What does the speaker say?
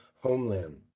homeland